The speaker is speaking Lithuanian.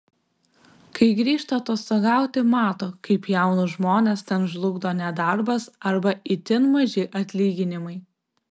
kai grįžta atostogauti mato kaip jaunus žmones ten žlugdo nedarbas arba itin maži atlyginimai